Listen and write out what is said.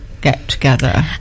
get-together